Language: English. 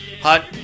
hot